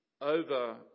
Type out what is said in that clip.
over